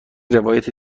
روایت